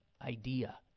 idea